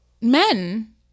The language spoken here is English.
men